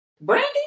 Brandy